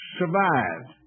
survived